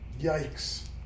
Yikes